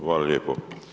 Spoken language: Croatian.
Hvala lijepo.